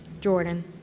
Jordan